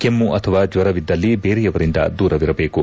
ಕೆಮ್ಮ ಅಥವಾ ಜ್ವರವಿದ್ದಲ್ಲಿ ಬೇರೆಯವರಿಂದ ದೂರವಿರಬೇಕು